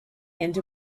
into